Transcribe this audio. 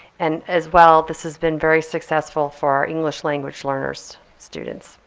and as well this has been very successful for our english language learners students.